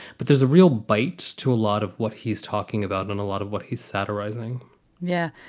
but there's a real bite to a lot of what he's talking about and a lot of what he's satirizing yeah.